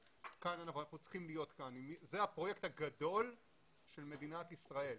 זה הפרויקט הגדול של מדינת ישראל,